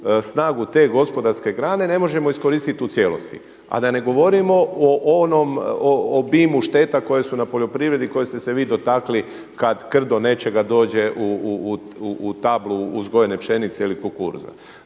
snagu te gospodarske grane ne možemo iskoristiti u cijelosti, a da ne govorimo o onom obimu šteta koje su na poljoprivredi, koje ste se vi dotakli kad krdo nečega dođe u tablu uzgojene pšenice ili kukuruza.